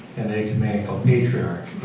and the ecumenical patriarch.